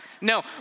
No